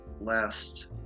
last